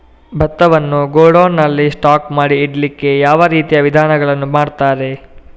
ಭತ್ತವನ್ನು ಗೋಡೌನ್ ನಲ್ಲಿ ಸ್ಟಾಕ್ ಮಾಡಿ ಇಡ್ಲಿಕ್ಕೆ ಯಾವ ರೀತಿಯ ವಿಧಾನಗಳನ್ನು ಮಾಡ್ತಾರೆ?